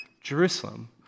Jerusalem